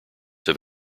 have